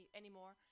anymore